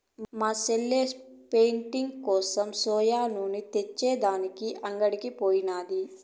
మా సెల్లె పెయింటింగ్ కోసం సోయా నూనె తెచ్చే దానికి అంగడికి పోయినాది